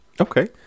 Okay